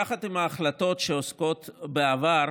יחד עם ההחלטות שעוסקות בעבר,